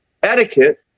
Etiquette